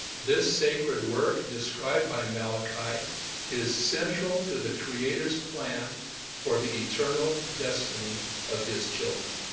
this sacred work described by malachi is central to the creator's plan for the eternal destiny of his children.